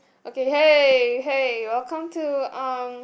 okay hey hey welcome to um